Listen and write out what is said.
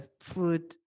food